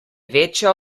večja